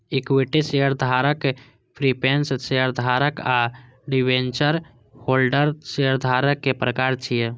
equity शेयरधारक, preference शेयरधारक आ डिवेंचर होल्डर शेयरधारक के प्रकार छियै